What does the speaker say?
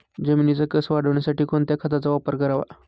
जमिनीचा कसं वाढवण्यासाठी कोणत्या खताचा वापर करावा?